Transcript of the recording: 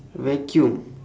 vacuum